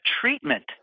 treatment